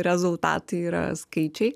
rezultatai yra skaičiai